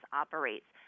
operates